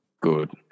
Good